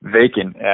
vacant